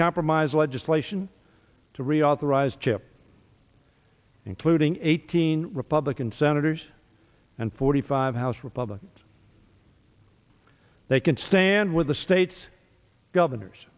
compromise legislation to reauthorize chip including eighteen republican senators and forty five house republicans they can stand with the state's governors